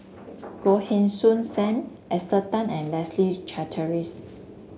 Goh Heng Soon Sam Esther Tan and Leslie Charteris